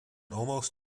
almost